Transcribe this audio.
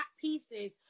pieces